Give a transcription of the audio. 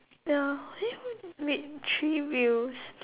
ya eh wait three wheels